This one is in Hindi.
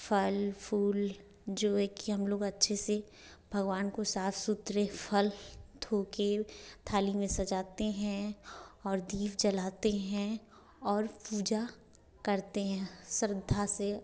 फल फूल जो है कि हम लोग अच्छे से भगवान को साफ़ सुथरे फल धोके थाली में सजाते हैं और दीप जलाते हैं और पूजा करते हैं श्रद्धा से